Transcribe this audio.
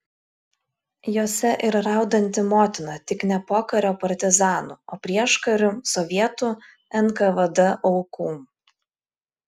jose ir raudanti motina tik ne pokario partizanų o prieškariu sovietų nkvd aukų